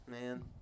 Man